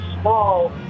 small